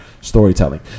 storytelling